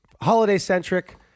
holiday-centric